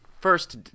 first